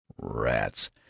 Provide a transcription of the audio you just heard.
Rats